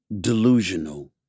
Delusional